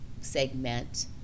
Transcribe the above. segment